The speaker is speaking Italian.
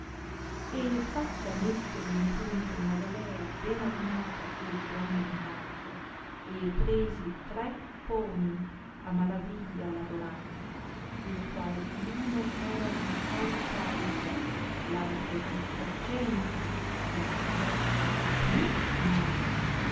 e fatta mettere in punto una galea ben armata e di gran vantaggio e presi tre pomi a maraviglia lavorati dei quali uno era di auricalco altro di argento ed il terzo di finissimo oro